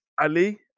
Ali